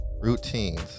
Routines